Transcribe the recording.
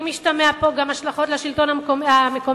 אם השתמעו פה גם השלכות על השלטון המקומי,